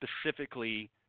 specifically